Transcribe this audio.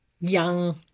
young